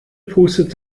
pustet